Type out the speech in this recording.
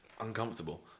uncomfortable